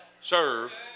serve